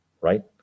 right